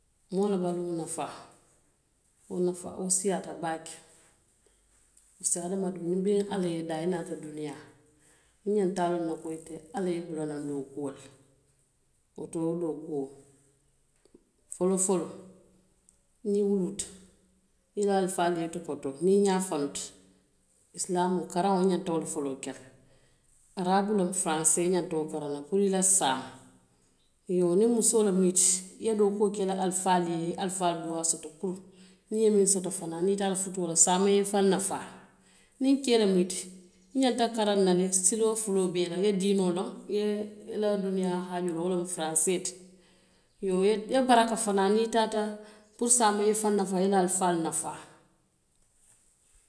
Moo la baluo nafaa, wo siyaata baake. Pareke hadamadiŋ niŋ ala ye i daa i naata duniyaa i ñanta a loŋ na ko ala ye i bula naŋ dookuo le la, woto wo dookuo. Foloo foloo, niŋ i wulita a ñanta i la alifaalu topotoo la, niŋ i ñaa fanuta. Lisilaamoo, karaŋo i ñanta wo le foloo kee la. Araboo, faransee i ñanta wo ke la puru ila saama. I yoo niŋ musoo mu i ti ye dookuo ke ila alifaalu i ye i la alifaalu la duwaa soto puru niŋ i ye muŋ soto fanaŋ niŋ i taata futuo la saama i ye i nafaa. Niŋ kee muŋ i ti i ñanta karaŋ na le sila fuloolu bee la, i diinoo loŋ, i ye ila duniyaa haajoo loŋ wole mu faransee ti, i yoo i ye baraka fanaŋ, niŋ i taata puru saama i ye i fanaŋ nafaa, ila alifaalu nafaa.